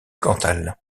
cantal